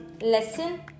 lesson